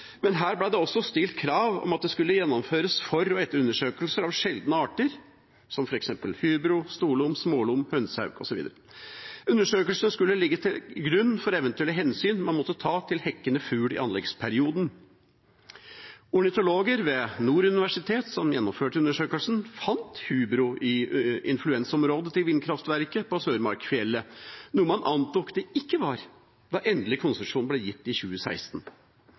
men her ble det også stilt krav om at det skulle gjennomføres for- og etterundersøkelser av sjeldne arter, som f.eks. hubro, storlom, smålom, hønsehauk osv. Undersøkelsene skulle ligge til grunn for eventuelle hensyn man måtte ta til hekkende fugl i anleggsperioden. Ornitologer ved Nord universitet som gjennomførte undersøkelsen, fant hubro i influensområdet til vindkraftverket på Sørmarkfjellet, noe man antok det ikke var da endelig konsesjon ble gitt i 2016.